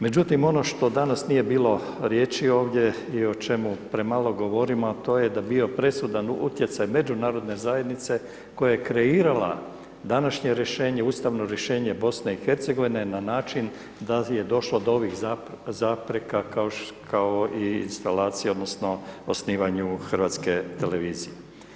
Međutim, ono što danas nije bilo riječi ovdje i o čemu premalo govorim, a to je da dio presudan utjecaj međunarodne zajednice, koje je kreirala današnje rješenje, ustavno rješenje BIH, na način da je došlo do ovih zapreka kao i instalacija, odnosno, osnivanje Hrvatske televizije.